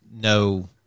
no